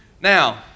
Now